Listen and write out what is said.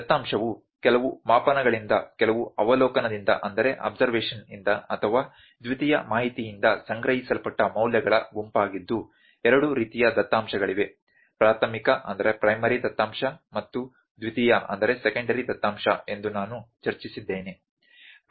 ದತ್ತಾಂಶವು ಕೆಲವು ಮಾಪನಗಳಿಂದ ಕೆಲವು ಅವಲೋಕನದಿಂದ ಅಥವಾ ದ್ವಿತೀಯ ಮಾಹಿತಿಯಿಂದ ಸಂಗ್ರಹಿಸಲ್ಪಟ್ಟ ಮೌಲ್ಯಗಳ ಗುಂಪಾಗಿದ್ದು ಎರಡು ರೀತಿಯ ದತ್ತಾಂಶಗಳಿವೆ ಪ್ರಾಥಮಿಕ ದತ್ತಾಂಶ ಮತ್ತು ದ್ವಿತೀಯ ದತ್ತಾಂಶ ಎಂದು ನಾನು ಚರ್ಚಿಸಿದ್ದೇನೆ